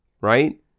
right